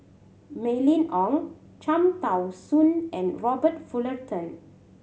Mylene Ong Cham Tao Soon and Robert Fullerton